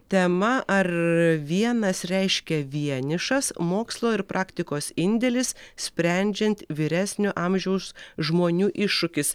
tema ar vienas reiškia vienišas mokslo ir praktikos indėlis sprendžiant vyresnio amžiaus žmonių iššūkis